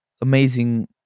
amazing